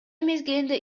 мезгилинде